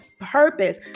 purpose